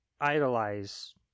idolize